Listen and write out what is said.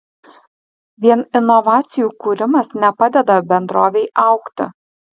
vien inovacijų kūrimas nepadeda bendrovei augti